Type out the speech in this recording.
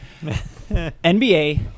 NBA